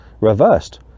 reversed